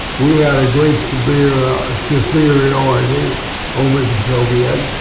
we had a great superiority superiority over the soviets.